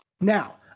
Now